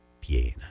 Piena